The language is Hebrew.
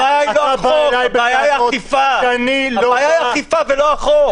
הבעיה היא אכיפה ולא החוק.